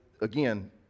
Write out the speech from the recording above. again